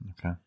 Okay